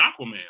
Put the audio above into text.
aquaman